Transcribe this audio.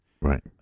right